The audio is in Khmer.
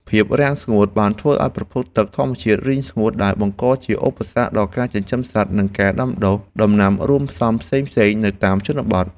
ភាពរាំងស្ងួតបានធ្វើឱ្យប្រភពទឹកធម្មជាតិរីងស្ងួតដែលបង្កជាឧបសគ្គដល់ការចិញ្ចឹមសត្វនិងការដាំដុះដំណាំរួមផ្សំផ្សេងៗនៅតាមជនបទ។